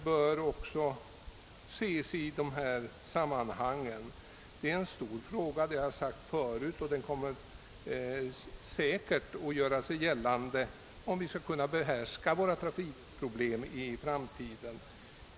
Detta är som jag förut sagt en stor fråga, och det blir säkerligen nödvändigt att åstadkomma en lösning av den, om vi i framtiden skall behärska våra trafikproblem.